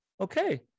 okay